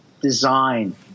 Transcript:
design